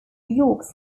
york